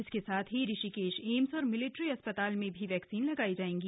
इसके साथ ही ऋषिकेश एम्स और मिलेट्री अस्पताल में भी वैक्सीन लगाई जायेगी